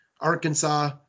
Arkansas